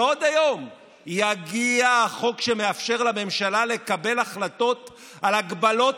ועוד היום יגיע החוק שמאפשר לממשלה לקבל החלטות על הגבלות